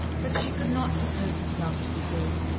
but she could not suppose herself to be good.